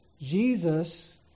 Jesus